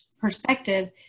perspective